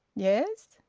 yes?